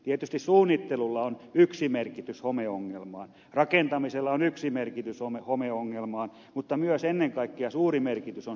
tietysti suunnittelulla on yksi merkitys homeongelmassa rakentamisella on yksi merkitys homeongelmassa mutta myös ennen kaikkea suuri merkitys on sillä käyttäjällä